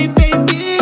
baby